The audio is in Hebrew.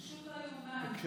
פשוט לא יאומן.